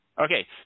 Okay